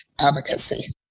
advocacy